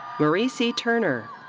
marie c. turner.